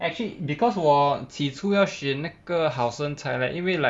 actually because 我起初要选那个好身材 like 因为 like